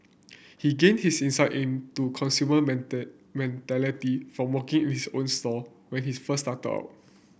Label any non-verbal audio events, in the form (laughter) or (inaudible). he gained his insight into consumer (unintelligible) mentality from working his own store when his first started out